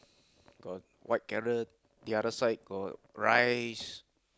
got white carrot the other side got rice